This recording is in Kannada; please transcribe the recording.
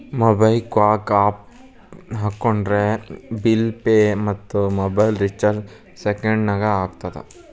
ಮೊಬೈಕ್ವಾಕ್ ಆಪ್ ಹಾಕೊಂಡ್ರೆ ಬಿಲ್ ಪೆ ಮತ್ತ ಮೊಬೈಲ್ ರಿಚಾರ್ಜ್ ಸೆಕೆಂಡನ್ಯಾಗ ಆಗತ್ತ